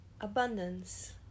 abundance